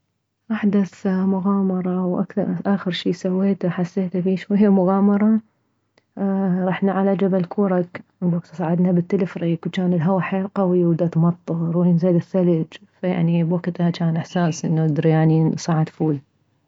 احدث مغامرة او اخر شي سويته حسيته بيه شوية مغامرة رحنا على جبل كورك وبوكتها صعدنا بالتلفريك وجان الهوى حيل قوي ودتمطر ونزل ثلج فيعني بوكته احساس انه الادريالين صعد فول